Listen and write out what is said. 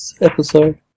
episode